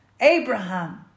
Abraham